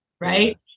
right